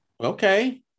okay